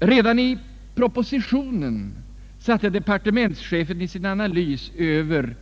Redan i propositionen satte departementschefen i sin analys över